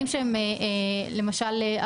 למשל,